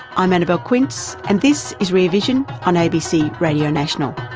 i'm annabelle quince and this is rear vision on abc radio national.